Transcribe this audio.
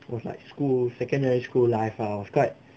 was like school secondary school life lah I was quite